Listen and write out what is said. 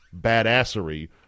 badassery